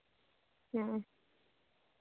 ᱦᱮᱸ